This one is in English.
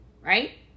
Right